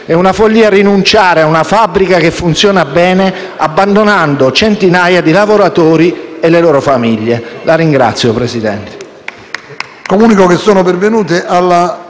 È una follia rinunciare a una fabbrica che funziona bene, abbandonando centinaia di lavoratori e le loro famiglie. *(Applausi del